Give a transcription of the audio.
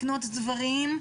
לקנות דברים,